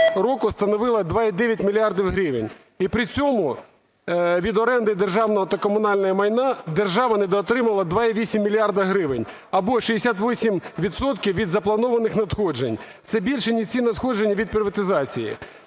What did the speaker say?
року становила 2,9 мільярда гривень. І при цьому від оренди державного та комунального майна держава недоотримала 2,8 мільярда гривень або 68 відсотків від запланованих надходжень, це більше ніж всі надходження від приватизації.